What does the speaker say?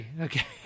okay